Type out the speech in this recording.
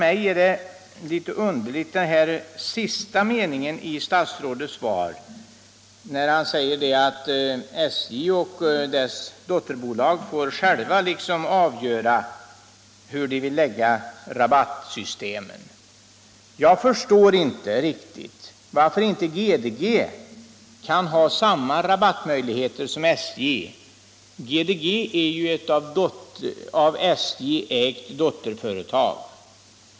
I den sista meningen i svaret säger statsrådet att SJ och dess dotterbolag själva får avgöra hur de vill ordna rabattsystemet. Jag förstår inte riktigt varför inte GDG kan ha samma rabattmöjligheter som SJ. GDG är ett av SJ ägt dotterföretag.